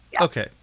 okay